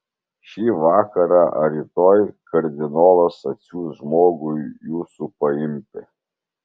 šį vakarą ar rytoj kardinolas atsiųs žmogų jūsų paimti